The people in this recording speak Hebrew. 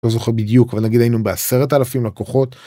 לא זוכר בדיוק ונגיד היינו בעשרת אלפים לקוחות.